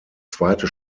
zweite